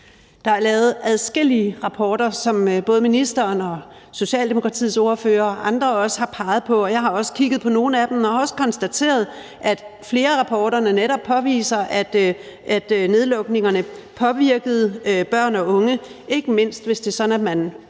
Der er lavet adskillige rapporter, som både ministeren, Socialdemokratiets ordfører og andre også har peget på. Jeg har også kigget på nogle af dem og har også konstateret, at flere af rapporterne netop påviser, at nedlukningerne påvirkede børn og unge, ikke mindst hvis man kom